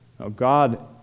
God